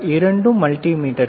இரண்டும் மல்டிமீட்டர்கள்